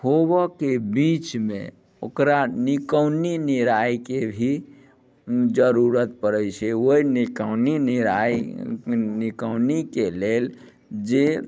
होबऽ के बीचमे ओकरा निकौनी निरायके भी जरूरत पड़ैत छै ओहि निकौनी निराय निकौनीके लेल जे